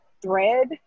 thread